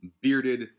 bearded